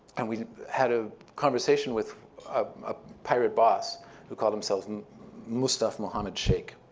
and we had a conversation with a pirate boss who called himself and mustaf mohammed sheikh.